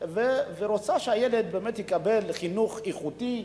רוצה שהילד באמת יקבל חינוך איכותי.